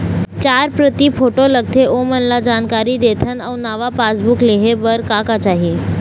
चार प्रति फोटो लगथे ओमन ला जानकारी देथन अऊ नावा पासबुक लेहे बार का का चाही?